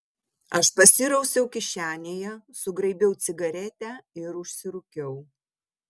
aš pasirausiau kišenėje sugraibiau cigaretę ir užsirūkiau